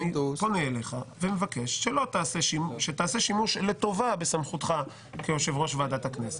אני פונה אליך ומבקש שתעשה שימוש לטובה בסמכותך כיושב-ראש ועדת הכנסת,